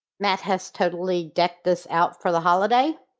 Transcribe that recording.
matt has totally decked this out for the holiday.